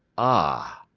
ah!